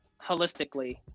holistically